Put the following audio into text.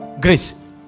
Grace